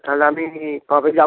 তাহলে আমি কবে যাব